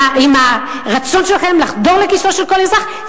עם הרצון שלכם לחדור לכיסו של כל אזרח,